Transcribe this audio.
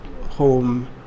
home